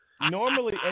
Normally